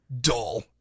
dull